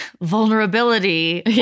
vulnerability